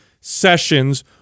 sessions